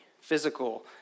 physical